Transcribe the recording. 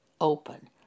open